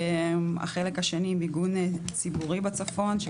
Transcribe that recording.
החלק השני, מיגון ציבורי בצפון.